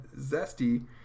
Zesty